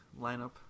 lineup